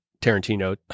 Tarantino